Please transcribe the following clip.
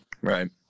Right